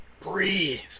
Breathe